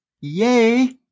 Yay